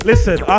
Listen